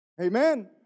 Amen